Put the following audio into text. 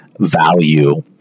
value